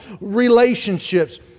relationships